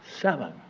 seven